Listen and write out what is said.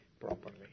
Properly